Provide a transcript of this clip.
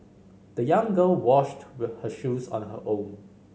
the young girl washed her shoes on her own